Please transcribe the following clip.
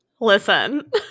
Listen